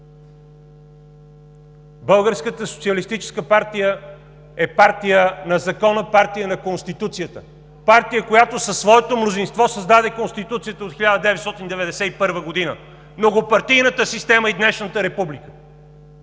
Българската социалистическа партия е партия на закона, партия на Конституцията, партия, която със своето мнозинство създаде Конституцията от 1991 г., многопартийната система и днешната република.